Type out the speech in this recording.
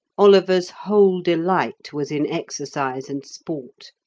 oliver's whole delight was in exercise and sport.